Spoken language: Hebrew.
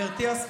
גברתי השרה,